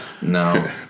No